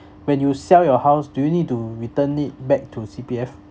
when you sell your house do you need to return it back to C_P_F